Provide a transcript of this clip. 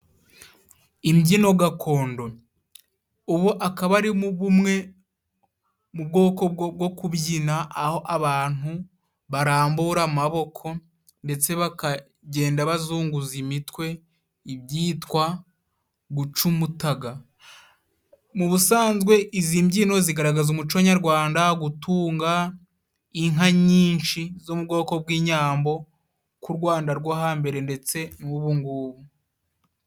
Imbyino gakondo, ubu akaba ari bumwe mu bwoko bwo kubyina, aho abantu barambura amaboko ndetse bakagenda bazunguza imitwe, ibyitwa guca umutaga. Mu busanzwe izi mbyino zigaragaza umuco nyarwanda, gutunga inka nyinshi zo mu bwoko bw'inyambo ku Rwanda rwo hambere ndetse n'ubu ngubu.